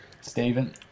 Stephen